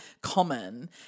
common